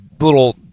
little